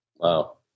Wow